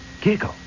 giggle